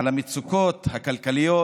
על המצוקות הכלכליות.